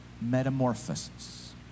Metamorphosis